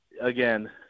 again